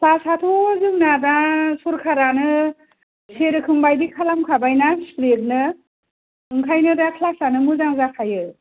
class आथ' जोंना दा सरखारानो मोनसे रोखोमबादि खालाम खाबायना स्ट्रिक्ट नो बेनिखायनो दा क्लास आनो मोजां जाखायो